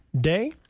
Day